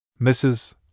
Mrs